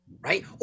right